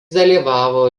dalyvavo